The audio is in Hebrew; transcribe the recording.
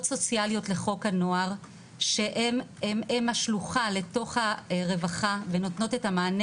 סוציאליות לחוק הנוער שהן השלוחה לתוך הרווחה ונותנות את המענה